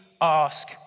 ask